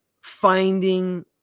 finding